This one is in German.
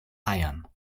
eiern